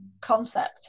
concept